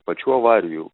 pačių avarijų